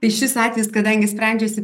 tai šis atvejis kadangi sprendžiasi